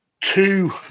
two